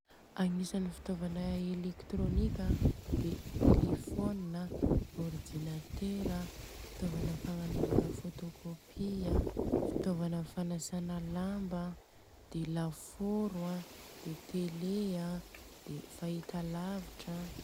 Agnisany fotôvana elekitrônika an, de téléphone an, ordinateur an, fotôvana fagnanovana photocopie, fotôvana fanasana lamba an, de lafôrô an, de télé an, de fahita lavitra an.